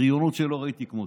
בריונות שלא ראיתי כמותה.